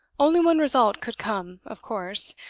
only one result could come, of course,